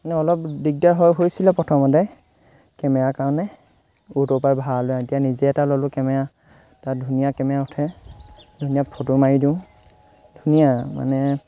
মানে অলপ দিগদাৰ হৈ হৈছিলে প্ৰথমতে কেমেৰাৰ কাৰণে অ'ৰ ত'ৰপৰা ভাড়ালৈ আনোঁ এতিয়া নিজে এটা ল'লোঁ কেমেৰা তাত ধুনীয়া কেমেৰা উঠে ধুনীয়া ফটো মাৰি দিওঁ ধুনীয়া মানে